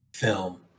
film